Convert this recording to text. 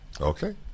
okay